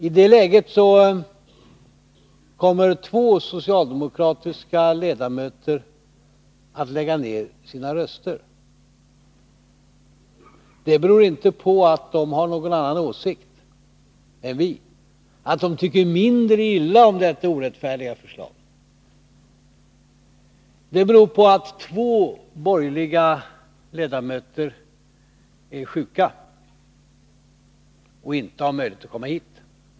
I det läget kommer två socialdemokratiska ledamöter att lägga ned sina röster. Det beror inte på att de har någon annan åsikt än vi eller att de tycker mindre illa om detta orättfärdiga förslag. Det beror på att två borgerliga ledamöter är sjuka och inte har möjlighet att komma hit.